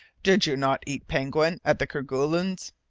did you not eat penguin at the kerguelens?